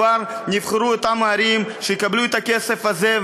כבר נבחרו אותן ערים שיקבלו את הכסף הזה.